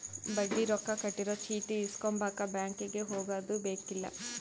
ಬಡ್ಡಿ ರೊಕ್ಕ ಕಟ್ಟಿರೊ ಚೀಟಿ ಇಸ್ಕೊಂಬಕ ಬ್ಯಾಂಕಿಗೆ ಹೊಗದುಬೆಕ್ಕಿಲ್ಲ